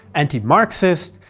anti-marxist,